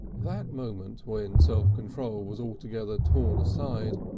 that moment when self-control was altogether torn aside,